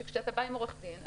שכשאתה בא עם עורך דין,